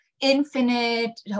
infinite